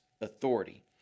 authority